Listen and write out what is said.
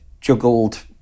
juggled